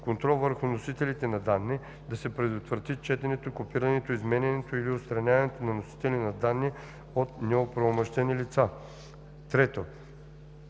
контрол върху носителите на данни – да се предотврати четенето, копирането, изменянето или отстраняването на носители на данни от неоправомощени лица; 3.